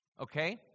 Okay